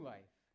Life